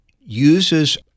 uses